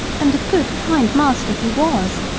and a good, kind master he was.